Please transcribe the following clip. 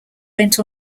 went